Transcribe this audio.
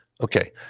okay